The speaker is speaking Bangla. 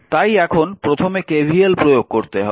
তাই এখন প্রথমে KVL প্রয়োগ করতে হবে